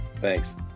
thanks